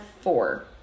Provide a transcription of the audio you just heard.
four